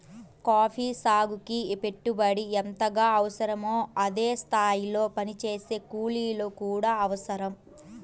coffee సాగుకి పెట్టుబడి ఎంతగా అవసరమో అదే స్థాయిలో పనిచేసే కూలీలు కూడా అవసరం